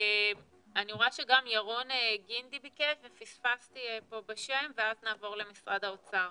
אני רואה שגם ירון גינדי ביקש ופספסתי פה בשם ואז נעבור למשרד האוצר.